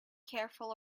careful